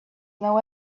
know